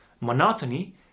monotony